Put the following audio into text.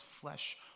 flesh